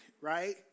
right